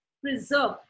preserve